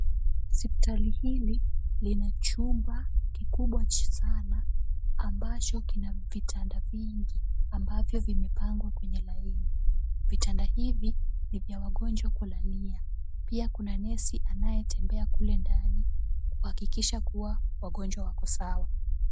Hospitali hili lina chumba kikubwa sana ambacho kina vitanda vingi ambavyo vimepangwa kwenye laini, vitanda hivi ni vya wagonjwa kulalia, pia kuna nesi anayetembea kule ndani kuhakikisha kuwa wagonjwa wako sawa.